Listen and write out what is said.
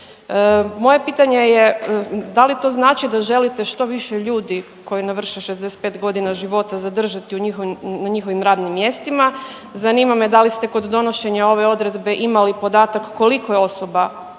Moje pitanje je da li to znači da želite što više ljudi koje navrše 65 godina života zadržati na njihovim radnim mjestima? Zanima me da li ste kod donošenja ove odredbe imali podatak koliko je osoba